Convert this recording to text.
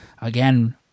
again